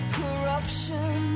corruption